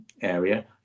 area